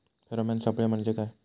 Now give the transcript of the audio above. Pheromone सापळे म्हंजे काय?